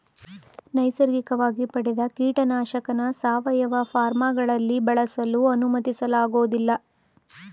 ನೈಸರ್ಗಿಕವಾಗಿ ಪಡೆದ ಕೀಟನಾಶಕನ ಸಾವಯವ ಫಾರ್ಮ್ಗಳಲ್ಲಿ ಬಳಸಲು ಅನುಮತಿಸಲಾಗೋದಿಲ್ಲ